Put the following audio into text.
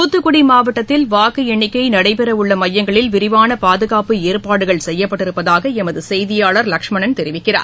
துத்துக்குடி மாவட்டத்தில் வாக்கு எண்ணிக்கை நடைபெறவுள்ள மையங்களில் விரிவான பாதுகாப்பு ஏற்பாடுகள் செய்யப்பட்டிருப்பதாக எமது செய்தியாளர் லஷ்மணன் தெரிவிக்கிறார்